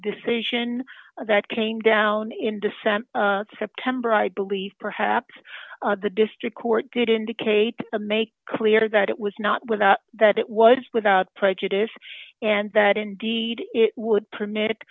decision that came down in december september i believe perhaps the district court did indicate to make clear that it was not without that it was without prejudice and that indeed it would permit